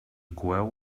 coeu